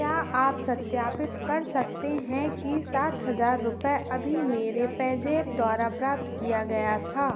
क्या आप सत्यापित कर सकते हैं कि सात हजार रुपये अभी मेरे पेज़ैप द्वारा प्राप्त किया गया था